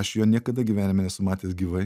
aš jo niekada gyvenime nesu matęs gyvai